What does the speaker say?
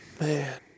Man